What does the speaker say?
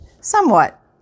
somewhat